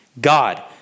God